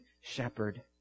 shepherd